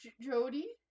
Jody